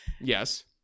Yes